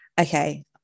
okay